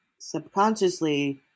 subconsciously